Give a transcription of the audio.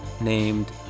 named